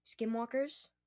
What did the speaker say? skinwalkers